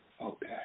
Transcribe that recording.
Okay